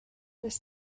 this